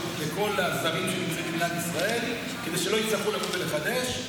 לכל הזרים שנמצאים במדינת ישראל כדי שלא יצטרכו לבוא ולחדש,